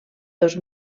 dos